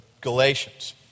Galatians